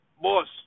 boss